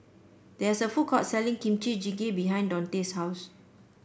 there is a food court selling Kimchi Jjigae behind Daunte's house